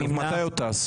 מי נמנע?